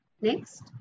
Next